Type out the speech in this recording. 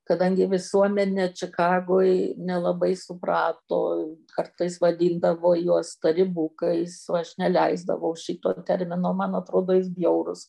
kadangi visuomenė čikagoj nelabai suprato kartais vadindavo juos tarybukais o aš neleisdavau šito termino man atrodo jis bjaurus